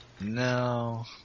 No